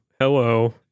Hello